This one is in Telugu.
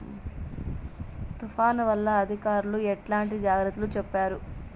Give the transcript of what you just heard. తుఫాను వల్ల అధికారులు ఎట్లాంటి జాగ్రత్తలు చెప్తారు?